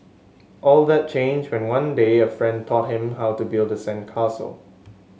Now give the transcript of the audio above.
all that changed when one day a friend taught him how to build the sandcastle